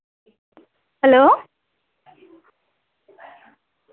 hello